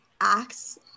acts